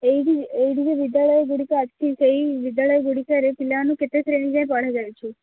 ଏଇଠି ଏଇଠି ଯେଉଁ ବିଦ୍ୟାଳୟଗୁଡ଼ିକ ଅଛି ସେଇ ବିଦ୍ୟାଳୟଗୁଡ଼ିକରେ ପିଲାମାନଙ୍କୁ କେତେ ଶ୍ରେଣୀ ଯାଏଁ ପଢ଼ା ଯାଉଛି